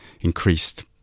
increased